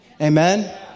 Amen